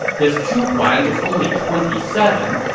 this zhu huan was only twenty seven,